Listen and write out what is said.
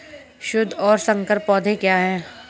शुद्ध और संकर पौधे क्या हैं?